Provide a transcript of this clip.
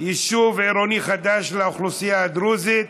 יישוב עירוני חדש לאוכלוסייה הדרוזית.